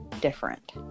different